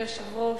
אדוני היושב-ראש,